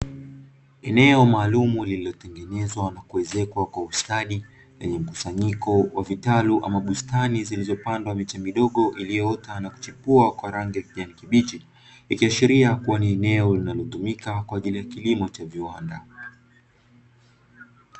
Eneo maalumu lililotengenezwa na kuezekwa kwa ustadi, lenye mkusanyiko wa vitalu ama bustani zilizopandwa miche midogo iliyoota na kuchipuwa kwa rangi ya kijani kibichi, ikiashiria kuwa ni eneo linalotumika kwa ajili ya kilimo cha viwanda.